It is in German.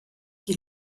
die